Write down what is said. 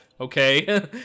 okay